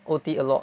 O_T a lot